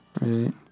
right